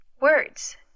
Words